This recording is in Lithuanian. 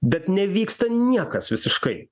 bet nevyksta niekas visiškai